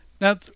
Now